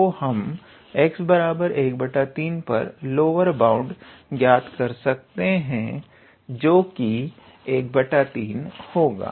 तो हम 𝑥 13 पर लोअर बाउंड ज्ञात कर सकते हैं जो कि 13 होगा